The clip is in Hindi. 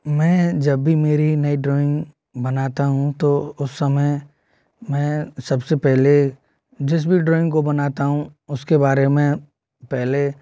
मैं जब भी मेरी नई ड्रॉइंग बनाता हूँ तो उस समय मैं सबसे पहले जिस भी ड्रॉइंग को बनाता हूँ उसके बारे में पहले